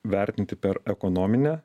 vertinti per ekonominę